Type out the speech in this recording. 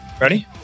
Ready